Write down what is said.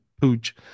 pooch